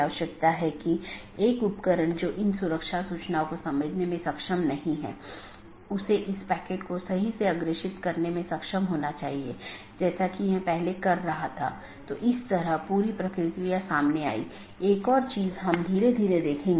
इसलिए हमारा मूल उद्देश्य यह है कि अगर किसी ऑटॉनमस सिस्टम का एक पैकेट किसी अन्य स्थान पर एक ऑटॉनमस सिस्टम से संवाद करना चाहता है तो यह कैसे रूट किया जाएगा